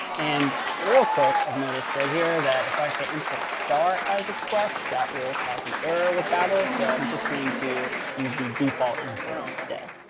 and real quick, i've noticed right here that if i say import star as express that will cause an error with babel. so i'm just going to use the default import instead.